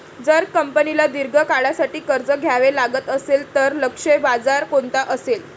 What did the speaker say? जर कंपनीला दीर्घ काळासाठी कर्ज घ्यावे लागत असेल, तर लक्ष्य बाजार कोणता असेल?